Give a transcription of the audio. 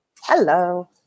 Hello